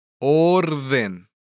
Orden